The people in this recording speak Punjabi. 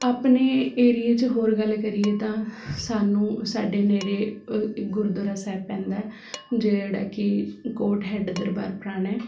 ਆਪਣੇ ਏਰੀਏ 'ਚ ਹੋਰ ਗੱਲ ਕਰੀਏ ਤਾਂ ਸਾਨੂੰ ਸਾਡੇ ਨੇੜੇ ਗੁਰਦੁਆਰਾ ਸਾਹਿਬ ਪੈਂਦਾ ਜਿਹੜਾ ਕਿ ਕੋਟ ਹੈੱਡ ਦਰਬਾਰ ਪਰਾਣ ਹੈ